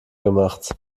gemacht